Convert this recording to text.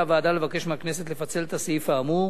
החליטה הוועדה לבקש מהכנסת לפצל את הסעיף האמור